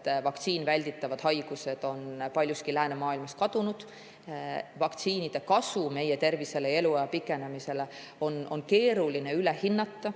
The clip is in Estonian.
et vaktsiiniga välditavad haigused on paljuski läänemaailmast kadunud. Vaktsiinide kasu meie tervisele ja eluea pikenemisele on keeruline üle hinnata.